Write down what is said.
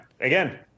again